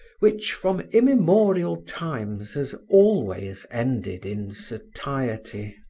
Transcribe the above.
which from immemorial times has always ended in satiety.